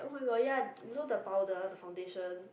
oh my god ya you know the powder the foundation